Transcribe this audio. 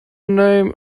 name